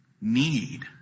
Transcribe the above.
need